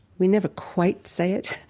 we never quite say it,